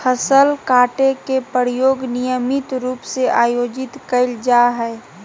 फसल काटे के प्रयोग नियमित रूप से आयोजित कइल जाय हइ